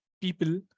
people